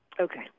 Okay